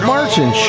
Martin